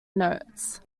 notes